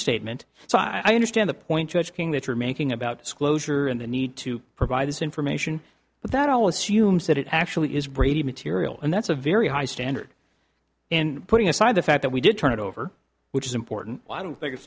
statement so i understand the point that you're making about disclosure and the need to provide this information but that all assumes that it actually is brady material and that's a very high standard in putting aside the fact that we did turn it over which is important i don't think it's